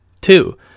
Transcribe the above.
two